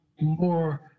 more